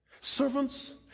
servants